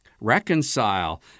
reconcile